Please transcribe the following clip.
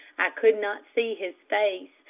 i could not see his face,